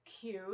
Cute